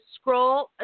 scroll